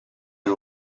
and